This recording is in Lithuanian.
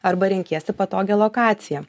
arba renkiesi patogią lokaciją